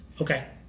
Okay